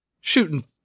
shooting